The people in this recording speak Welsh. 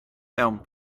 mewn